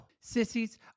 Sissies